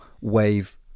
wave